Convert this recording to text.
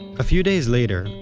a few days later,